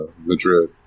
Madrid